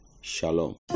Shalom